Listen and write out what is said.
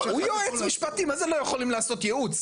הוא יועץ משפטי, מה זה לא יכולים לעשות ייעוץ?